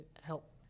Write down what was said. help